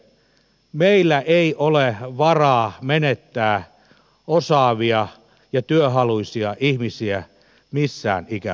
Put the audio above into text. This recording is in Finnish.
meillä ei ole varaa menettää osaavia ja työhaluisia ihmisiä missään ikäluokissa